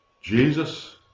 Jesus